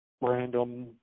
random